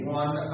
one